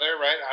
right